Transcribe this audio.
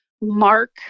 mark